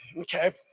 okay